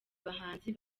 bahanzi